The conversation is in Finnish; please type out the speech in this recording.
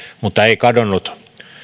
mutta ei kadonnut